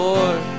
Lord